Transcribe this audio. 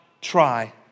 try